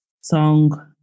song